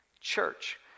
church